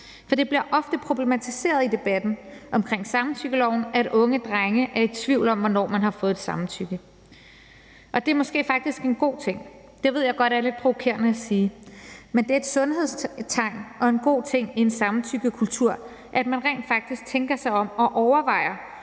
For det bliver ofte problematiseret i debatten omkring samtykkeloven, at unge drenge er i tvivl om, hvornår man har fået et samtykke. Og det er måske faktisk en god ting. Det ved jeg godt er lidt provokerende at sige, men det er et sundhedstegn og en god ting i en samtykkekultur, at man rent faktisk tænker sig om og overvejer,